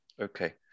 Okay